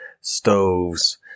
stoves